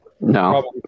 No